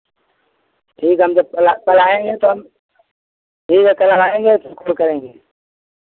ठीक है हम जब कल कल आएंगे तो हम ठीक है कल हम आएंगे तो फ़ोन करेंगे